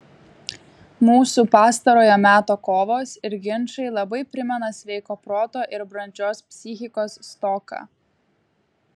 mūsų pastarojo meto kovos ir ginčai labai primena sveiko proto ir brandžios psichikos stoką